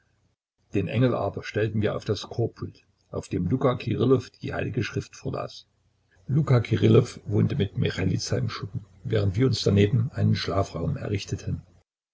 den engel aber stellten wir auf das chorpult auf dem luka kirillow die heilige schrift vorlas luka kirillow wohnte mit michailiza im schuppen während wir uns daneben einen schlafraum errichteten